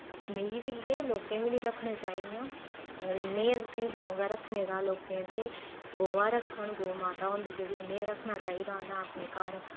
मिगी बी के लोके बी नेईं रखने चाहिदियां अगर इन्नै गे तुसेई शौक ऐ रखने दा लोके ते गौआं रखन गौ माता होंदी जेह्ड़ी उनेई रखना चाहिदा उनेई अपने घर